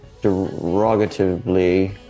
derogatively